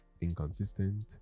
inconsistent